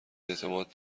اعتماد